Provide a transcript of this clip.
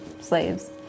slaves